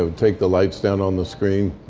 take the lights down on the screen.